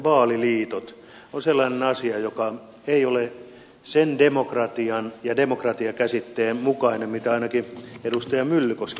se on sellainen asia joka ei ole sen demokratian ja demokratia käsitteen mukainen mitä ainakin edustaja myllykoski kunnioittaa